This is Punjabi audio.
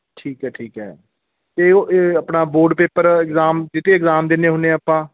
ਠੀਕ ਹੈ ਠੀਕ ਹੈ ਅਤੇ ਉਹ ਇਹ ਆਪਣਾ ਬੋਰਡ ਪੇਪਰ ਇਗਜ਼ਾਮ ਜਿਹ 'ਤੇ ਇਗਜ਼ਾਮ ਦਿੰਦੇ ਹੁੰਦੇ ਹਾਂ ਆਪਾਂ